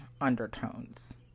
undertones